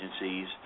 agencies